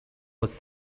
was